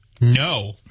no